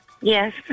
Yes